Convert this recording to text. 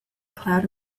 cloud